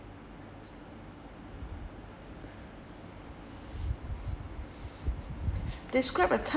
describe a time